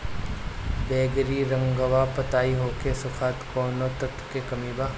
बैगरी रंगवा पतयी होके सुखता कौवने तत्व के कमी बा?